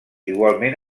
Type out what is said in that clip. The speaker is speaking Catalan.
igualment